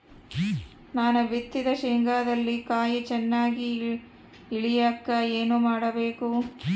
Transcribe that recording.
ನಾನು ಬಿತ್ತಿದ ಶೇಂಗಾದಲ್ಲಿ ಕಾಯಿ ಚನ್ನಾಗಿ ಇಳಿಯಕ ಏನು ಮಾಡಬೇಕು?